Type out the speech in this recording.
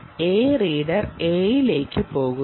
A reader എയിലേക്ക് പോകുന്നു